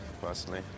personally